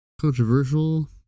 controversial